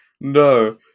No